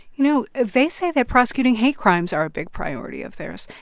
you know, they say that prosecuting hate crimes are a big priority of theirs.